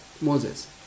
Moses